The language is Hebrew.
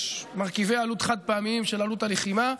יש מרכיבי עלות חד-פעמיים של עלות הלחימה,